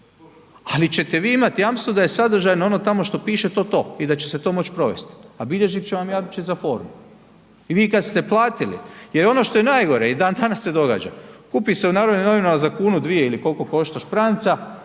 ali ćete vi imati jamstvo da je sadržajno ono tamo što piše, to, to i da će se to moć provesti a bilježnik će vam jamčiti za formu i vi kad ste platili jer ono što je najgore, i dandanas se događa, kupi se u Narodnim novinama za kunu, svije ili koliko košta špranca,